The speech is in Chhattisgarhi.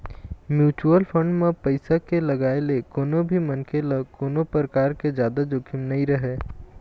म्युचुअल फंड म पइसा के लगाए ले कोनो भी मनखे ल कोनो परकार के जादा जोखिम नइ रहय